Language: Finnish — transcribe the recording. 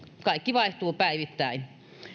kaikki vaihtuu päivittäin